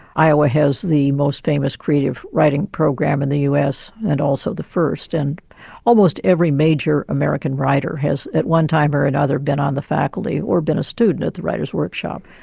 iowa has the most famous creative writing program in the us and also the first and almost every major american writer has, at one time or another, been on the faculty or been a student at the writers workshop.